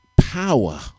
power